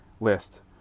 list